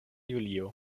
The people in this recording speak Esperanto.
julio